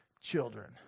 children